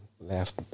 left